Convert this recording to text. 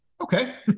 Okay